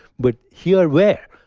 but here where?